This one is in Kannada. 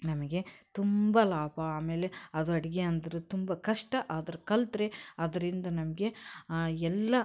ನಮಗೆ ತುಂಬ ಲಾಭ ಆಮೇಲೆ ಅದು ಅಡುಗೆ ಅಂದರೆ ತುಂಬ ಕಷ್ಟ ಆದರೂ ಕಲ್ತರೆ ಅದರಿಂದ ನಮಗೆ ಎಲ್ಲ